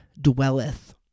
dwelleth